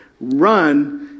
Run